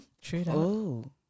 True